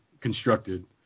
constructed